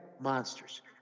monsters